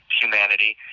humanity